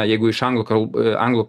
jeigu iš anglų kalb anglų